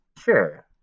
sure